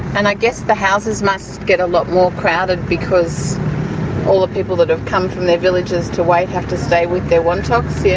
and i guess the houses must get a lot more crowded because all the people that have come from their villages to wait have to stay with their wantoks. yeah